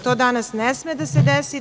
To danas ne sme da se desi.